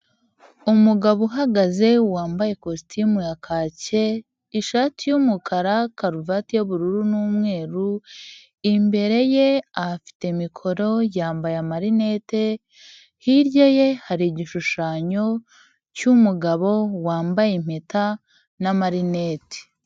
Umugabo uhagaze wambaye kositimu ya kake, ishati y'umukara, karuvati y'ubururu n'umweru, imbere ye afite mikoro, yambaye amarinete, hirya ye hari igishushanyo cy'umugabo wambaye impeta n'amarinete.